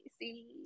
see